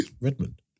Redmond